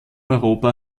europa